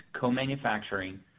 co-manufacturing